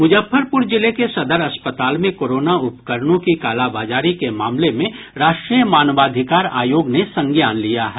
मुजफ्फरपुर जिले के सदर अस्पताल में कोरोना उपकरणों की कालाबाजारी के मामले में राष्ट्रीय मानवाधिकार आयोग ने संज्ञान लिया है